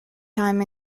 time